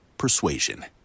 persuasion